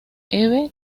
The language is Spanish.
eve